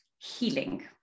healing